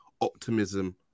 optimism